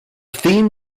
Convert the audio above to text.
theme